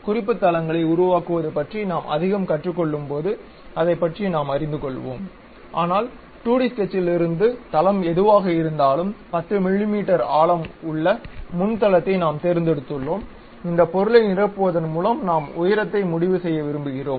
குறிப்பு தளங்களை உருவாக்குவது பற்றி நாம் அதிகம் கற்றுக் கொள்ளும்போது அதைப் பற்றி நாம் அறிந்து கொள்வோம் ஆனால் 2 டி ஸ்கெட்சிலிருந்து தளம் எதுவாக இருந்தாலும் 10 மிமீ ஆழம் உள்ள முன் தளத்தை நாம் தேர்ந்தெடுத்துள்ளோம் இந்த பொருளை நிரப்புவதன் மூலம் நாம் உயரத்தை முடிவு செய்ய விரும்புகிறோம்